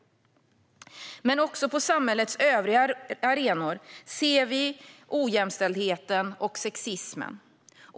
Men också på samhällets övriga arenor ser vi ojämställdheten och sexismen.